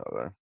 Okay